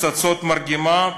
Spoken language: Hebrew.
פצצות מרגמה,